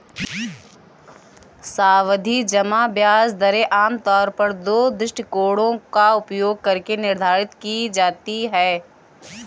सावधि जमा ब्याज दरें आमतौर पर दो दृष्टिकोणों का उपयोग करके निर्धारित की जाती है